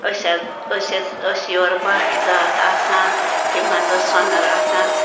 أسۍ حظ أسۍ ٲسۍ أسۍ یورٕ بَٹ ذات آسان تِم حظ ٲس سۄنَر آسان